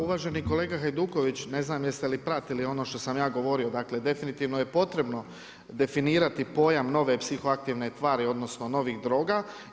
Uvaženi kolega Hajduković, ne znam jeste li pratili ono što sam ja govorio, dakle, definitivno je potrebno definirati pojam nove psihoaktivne tvari odnosno novih droga.